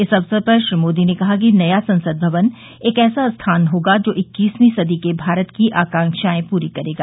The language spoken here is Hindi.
इस अवसर पर श्री मोदी ने कहा कि नया संसद भवन एक ऐसा स्थान होगा जो इक्कीसवीं सदी के भारत की आकांक्षाएं पूरी करेगा